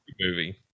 Movie